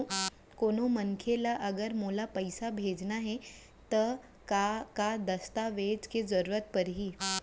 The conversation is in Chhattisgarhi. कोनो मनखे ला अगर मोला पइसा भेजना हे ता का का दस्तावेज के जरूरत परही??